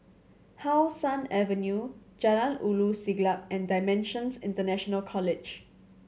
How Sun Avenue Jalan Ulu Siglap and Dimensions International College